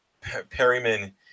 Perryman